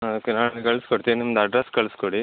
okay ನಾನೇ ಕಳ್ಸ್ಕೊಡ್ತೀನಿ ನಿಮ್ದು ಅಡ್ರಸ್ ಕಳ್ಸಿಕೊಡಿ